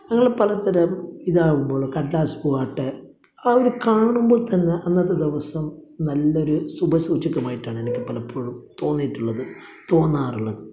അങ്ങനെ പലതരം ഇതാകുമ്പോൾ കടലാസ് പൂ ആകട്ടേ ആ ഒരു കാണുമ്പോള് തന്നെ അന്നത്തെ ദിവസം നല്ല ഒരു ശുഭ സൂചകമായിട്ടാണ് എനിക്ക് പലപ്പോഴും തോന്നിയിട്ടുള്ളത് തോന്നാറുള്ളത്